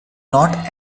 not